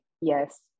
Yes